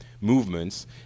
movements